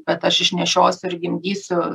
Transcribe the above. bet aš išnešiosiu ir gimdysiu